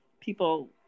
people